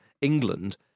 England